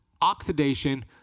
oxidation